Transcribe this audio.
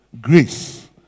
Grace